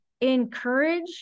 encourage